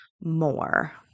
more